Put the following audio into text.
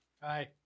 Hi